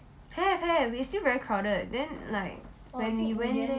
have have is still very crowded then like when we went there